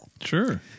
Sure